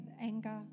anger